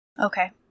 Okay